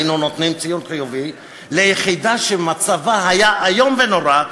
היינו נותנים ציון חיובי ליחידה שמצבה היה איום ונורא,